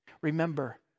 Remember